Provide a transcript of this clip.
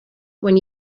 when